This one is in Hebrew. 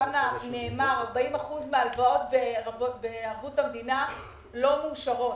שם נאמר ש-40% מההלוואות בערבות המדינה לא מאושרות.